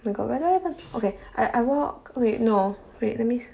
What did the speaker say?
where got where did I even okay I I walk okay wait no wait let me